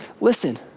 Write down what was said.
listen